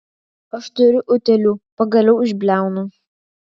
aš turiu utėlių pagaliau išbliaunu